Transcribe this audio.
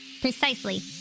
Precisely